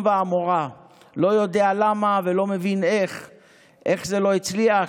ועמורה // לא יודע למה ולא מבין איך / איך זה לא הצליח,